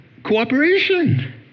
cooperation